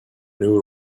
new